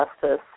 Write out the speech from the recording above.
justice